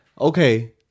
okay